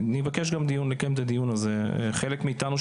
חלק מאיתנו,